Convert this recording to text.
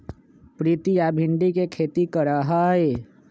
प्रीतिया भिंडी के खेती करा हई